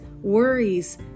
worries